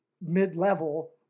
mid-level